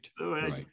right